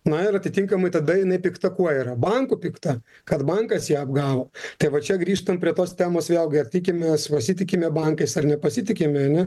na ir atitinkamai tada jinai pikta kuo yra banku pikta kad bankas ją apgavo tai vat čia grįžtam prie tos temos vėlgi ar tikim mes pasitikime bankais ar nepasitikim ane